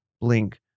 Blink